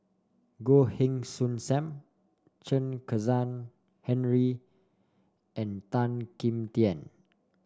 Goh Heng Soon Sam Chen Kezhan Henri and Tan Kim Tian